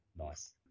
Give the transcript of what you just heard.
Nice